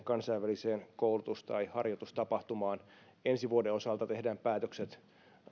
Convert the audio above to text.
kansainväliseen koulutus tai harjoitustapahtumaan ensi vuoden osalta tehdään päätökset